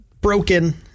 broken